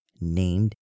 named